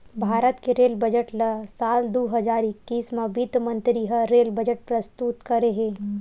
भारत के rail budget ल साल दू हजार एक्कीस म बित्त मंतरी ह रेल बजट प्रस्तुत करे हे